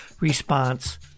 response